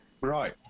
Right